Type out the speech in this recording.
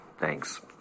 thanks